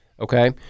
Okay